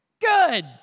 Good